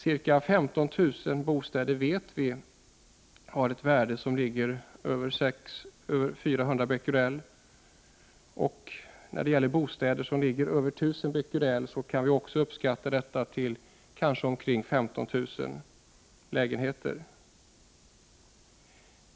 Ca 15 000 bostäder vet vi har ett värde som ligger över 400 Bq m? kan också uppskattas till minst .15 000.